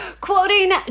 Quoting